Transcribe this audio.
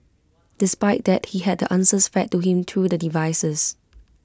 despite that he had the answers fed to him through the devices